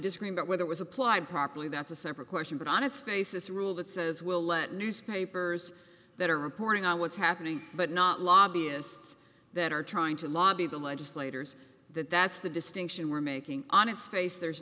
disagreement whether was applied properly that's a separate question but on its face is a rule that says we'll let newspapers that are reporting on what's happening but not lobbyists that are trying to lobby the legislators that that's the distinction we're making on its face there's